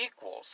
equals